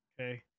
Okay